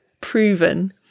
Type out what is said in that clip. proven